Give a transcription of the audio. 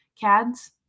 Cads